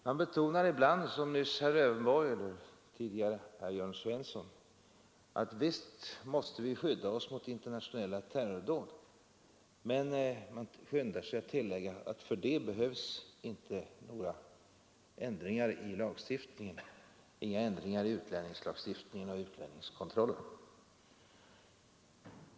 Man betonar ibland, som nyss herr Lövenborg och tidigare herr Jörn Svensson, att visst måste vi skydda oss mot internationella terrordåd, men man skyndar sig att tillägga att för det behövs inga ändringar i utlänningslagstiftningen och utlänningskontrollen.